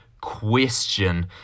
question